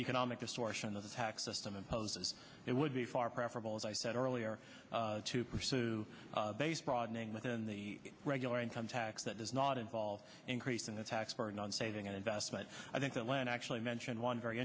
economic distortion of the tax system imposes it would be far preferable as i said earlier to pursue base broadening within the regular income tax that does not involve increasing the tax burden on saving and investment i think that when actually mentioned one very